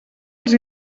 els